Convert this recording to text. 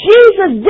Jesus